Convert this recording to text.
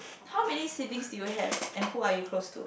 how many siblings do you have and who are you close to